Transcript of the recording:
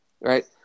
right